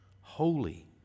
holy